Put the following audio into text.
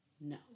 no